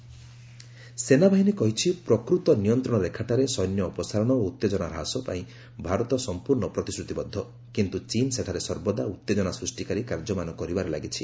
Indo Chin ସେନାବାହିନୀ କହିଛି ପ୍ରକୃତ ନିୟନ୍ତ୍ରଣରେଖାଠାରେ ସୈନ୍ୟ ଅପସାରଣ ଓ ଉତ୍ତେଜନା ହ୍ରାସ ପାଇଁ ଭାରତ ସମ୍ପର୍ଷ ପ୍ରତିଶ୍ରତିବଦ୍ଧ କିନ୍ତୁ ଚୀନ୍ ସେଠାରେ ସର୍ବଦା ଉତ୍ତେଜନା ସୃଷ୍ଟିକାରୀ କାର୍ଯ୍ୟମାନ କରିବାରେ ଲାଗିଛି